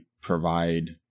provide